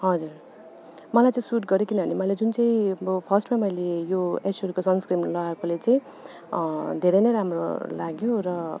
हजर मलाई चाहिँ सुट गऱ्यो किनभने मैले जुन चाहिँ अब फर्स्टमा मैले यो एस्योरको सन्सक्रिम लगाएकोले चाहिँ धेरै नै राम्रो लाग्यो र